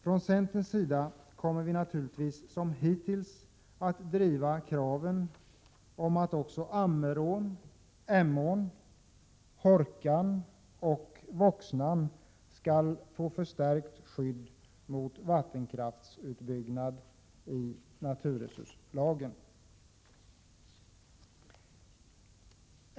Från centerns sida kommer vi naturligtvis som hittills att driva kraven på att också Ammerån, Emån, Hårkan och Voxnan i naturresurslagen skall få förstärkt skydd mot vattenkraftsutbyggnad.